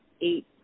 eight